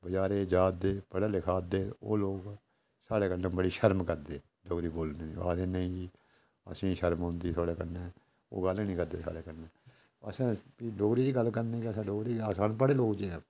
बजारै ई जा दे पढ़ै लिखै दे ओह् लोक साढ़े कन्नै बड़ी शर्म करदे डोगरी बोलने गी ओह् आखदे नेईं असेंगी शर्म औंदी थुआढ़े कन्नै ओह् गल्ल गै निं करदे साढ़े कन्नै असें डोगरी च गै गल्ल करनी की जे अस अनपढ़ लोक जे ऐं